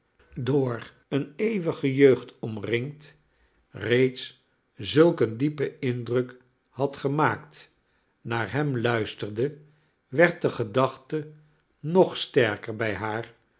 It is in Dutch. door eene eeuwige jeugd omringd reeds zulk een diepen indruk had gemaakt naar hem luisterde werd de gedachte nog sterker bij haar